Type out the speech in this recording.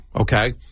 okay